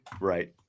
Right